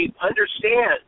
understand